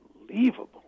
unbelievable